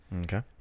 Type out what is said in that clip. Okay